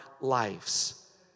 lives